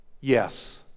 Yes